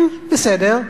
אבל בסדר.